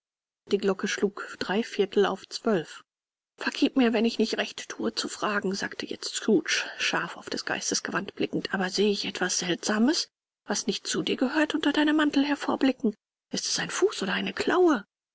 die glocke schlug drei viertel auf zwölf vergieb mir wenn ich nicht recht thue zu fragen sagte jetzt scrooge scharf auf des geistes gewand blickend aber ich sehe etwas seltsames was nicht zu dir gehört unter deinem mantel hervorblicken ist es ein fuß oder eine klaue